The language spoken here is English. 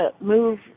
move